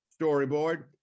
storyboard